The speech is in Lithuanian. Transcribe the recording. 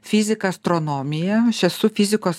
fizika astronomija aų esu fizikos